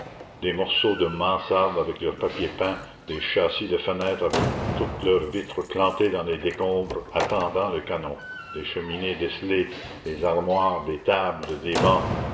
des morceaux de mansardes avec leur papier peint des châssis de fenêtres avec toutes leurs vitres plantés dans les décombres attendant le canon des cheminées descellées des armoires des tables des bancs